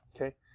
okay